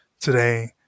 today